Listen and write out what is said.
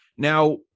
Now